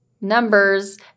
numbers